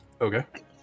Okay